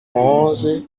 onze